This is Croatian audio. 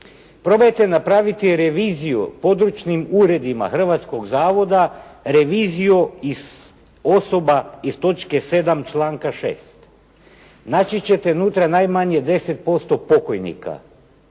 Probajte napraviti reviziju područnim uredima hrvatskog zavoda, reviziju iz osoba iz točke 7. članka 6., naći ćete unutra najmanje 10% pokojnika